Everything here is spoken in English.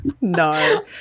no